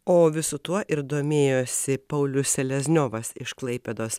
o visu tuo ir domėjosi paulius selezniovas iš klaipėdos